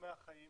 תחומי החיים